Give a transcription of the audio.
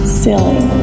silly